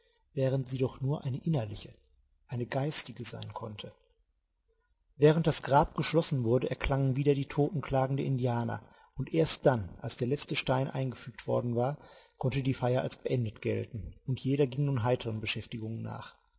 während sie doch nur eine innerliche eine geistige sein konnte während das grab geschlossen wurde erklangen wieder die totenklagen der indianer und erst dann als der letzte stein eingefügt worden war konnte die feier als beendet gelten und jeder ging nun heiterern beschäftigungen nach